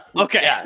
okay